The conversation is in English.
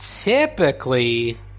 typically